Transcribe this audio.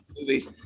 movie